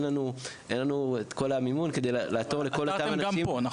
אין לנו את כל המימון כדי לעתור בשביל כל אותם אנשים.